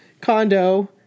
condo